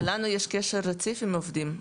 אבל לנו יש קשר רציף עם עובדים,